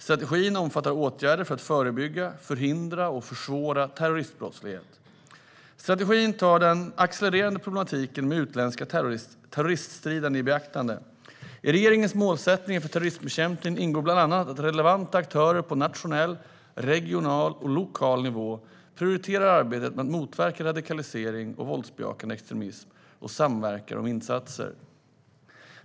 Strategin omfattar åtgärder för att förebygga, förhindra och försvåra terroristbrottslighet. Strategin tar den accelererande problematiken med utländska terroriststridande i beaktande. I regeringens målsättningar för terrorismbekämpningen ingår bland annat att relevanta aktörer på nationell, regional och lokal nivå prioriterar arbetet med att motverka radikalisering och våldsbejakande extremism och samverkar om insatser.